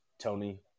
Tony